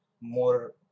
more